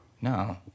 No